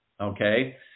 okay